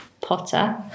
Potter